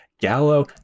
Gallo